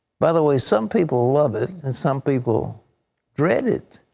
by the way, some people love it, and some people dread it.